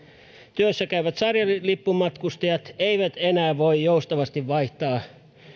työssäkäyvät sarjalippumatkustajat eivät enää voi joustavasti vaihtaa